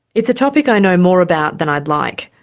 it's a topic i know more about than i like.